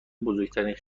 بزرگترین